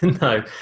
No